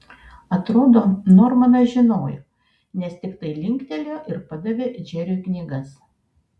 atrodo normanas žinojo nes tiktai linktelėjo ir padavė džeriui knygas